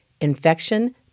infection